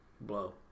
blow